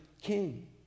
king